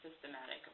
systematic